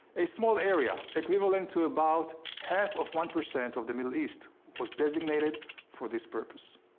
a small area, equivalent to about half of one percent of the middle east was designated for this purpose.